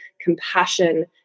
compassion